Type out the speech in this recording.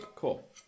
Cool